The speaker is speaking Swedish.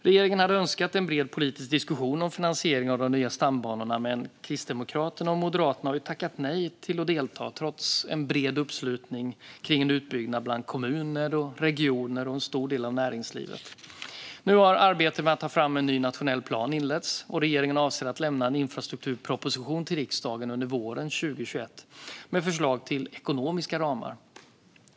Regeringen hade önskat en bred politisk diskussion om finansieringen av de nya stambanorna, men Kristdemokraterna och Moderaterna har tackat nej till att delta, trots en bred uppslutning kring en utbyggnad bland kommuner, regioner och en stor del av näringslivet. Nu har arbetet med att ta fram en ny nationell plan inletts, och regeringen avser att lämna en infrastrukturproposition till riksdagen under våren 2021 med förslag till ekonomiska ramar.